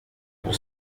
pour